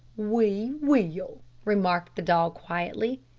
we will, remarked the dog quietly.